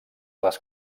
les